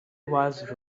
was